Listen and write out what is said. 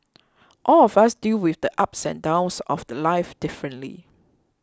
all of us deal with the ups and downs of the Life differently